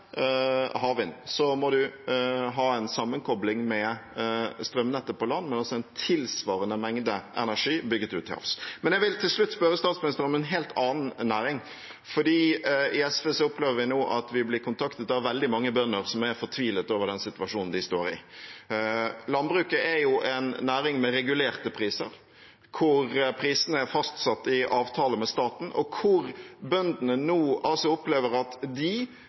havvind. Så må man ha en sammenkobling med strømnettet på land, men altså en tilsvarende mengde energi bygget ut til havs. Jeg vil til slutt spørre statsministeren om en helt annen næring, for i SV opplever vi nå at vi blir kontaktet av veldig mange bønder som er fortvilet over den situasjonen de står i. Landbruket er en næring med regulerte priser, hvor prisene er fastsatt i avtale med staten, og hvor bøndene nå opplever at de